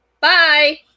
bye